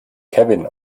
kevin